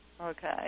Okay